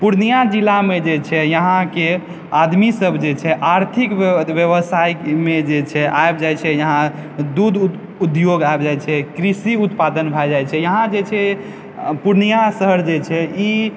पूर्णिया जिलामे जे छै यहाँके आदमीसभ जे छै आर्थिक व्यवसायमे जे छै आबि जाइत छै यहाँ दू दू उद्योग आबि जाइत छै कृषि उत्पादन भए जाइत छै यहाँ जे छै पूर्णिया शहर जे छै ई